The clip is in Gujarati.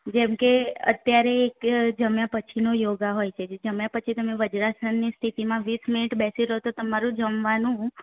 જેમ કે અત્યારે એક જમ્યા પછીનો યોગા હોય છે જે જમ્યા પછી તમે વજ્રાસનની સ્થિતિમાં વીસ મિનિટ બેસી રહો તો તમારું જમવાનું